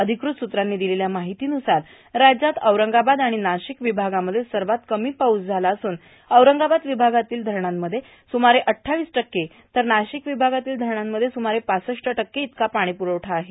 अधिकृत सूत्रांनी दिलेल्या माहितीनुसार राज्यात औरंगाबाद आणि नाशिक विभागांमध्ये सर्वात कमी पाऊस झाला असून औरंगाबाद विभागातल्या धरणांमध्ये सुमारे अठ्ठावीस टक्के आणि नाशिक विभागातल्या धरणांमध्ये सुमारे पासष्ट टक्के इतकाच पाणीसाठा आहे